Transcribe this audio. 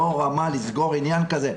לא רמה לסגור עניין כזה,